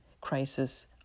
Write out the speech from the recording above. crisis